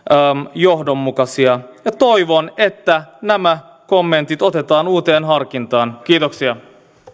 johdonmukaisia toivon että nämä kommentit otetaan uuteen harkintaan kiitoksia